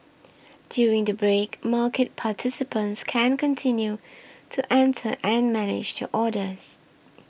during the break market participants can continue to enter and manage your orders